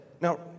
now